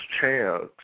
chance